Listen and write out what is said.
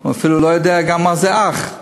הוא אפילו לא יודע גם מה זה אח.